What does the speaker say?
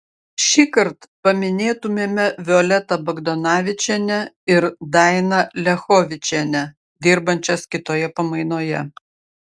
šįkart paminėtumėme violetą bagdonavičienę ir dainą liachovičienę dirbančias kitoje pamainoje